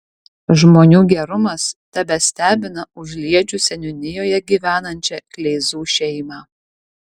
žmonių gerumas tebestebina užliedžių seniūnijoje gyvenančią kleizų šeimą